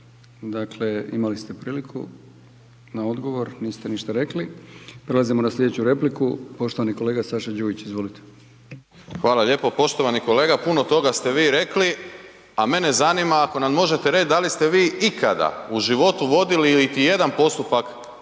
Dakle imali ste priliku na odgovor, niste ništa rekli. Prelazimo na sljedeću repliku poštovani kolega Saša Đujić, izvolite. **Đujić, Saša (SDP)** Hvala lijepo. Poštovani kolega puno toga ste vi rekli a mene zanima ako nam možete reći da li ste vi ikada u životu vodili ili ti jedan postupak